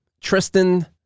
Tristan